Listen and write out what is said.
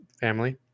family